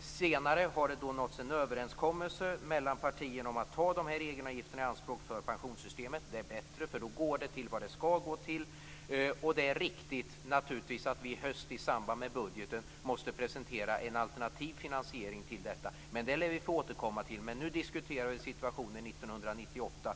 Senare har det nåtts en överenskommelse mellan partierna om att ta de här egenavgifterna i anspråk för pensionssystemet. Det är bättre, för då går de till vad de skall gå till. Det är naturligtvis riktigt att vi i höst, i samband med budgeten, måste presentera en alternativ finansiering av detta. Men det lär vi få återkomma till. Nu diskuterar vi situationen 1998.